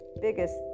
biggest